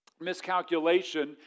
miscalculation